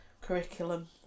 curriculum